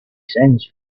sends